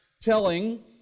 telling